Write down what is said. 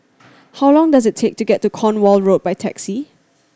how long does it take to get to Cornwall Road by taxi